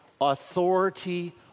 authority